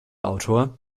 autor